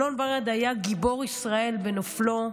אלון ברד היה גיבור ישראל בנופלו,